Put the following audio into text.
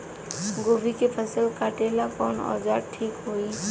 गोभी के फसल काटेला कवन औजार ठीक होई?